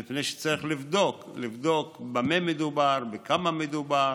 מפני שצריך לבדוק, לבדוק במה מדובר, בכמה מדובר.